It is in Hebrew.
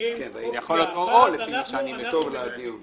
להיות או-או לפי מה שאני מבין.